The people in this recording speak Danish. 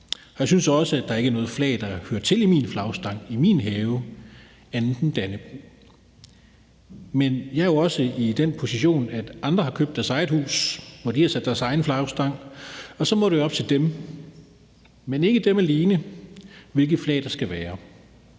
det er sådan, at der ikke er noget flag, der hører til i min flagstang i min have andet end Dannebrog. Men jeg er jo også i den position, at andre har købt deres eget hus, hvor de har sat deres egen flagstang op, og så må det jo være op til dem, hvilket flag der skal være